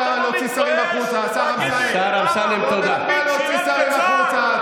למה צעקת קודם על ראש הממשלה?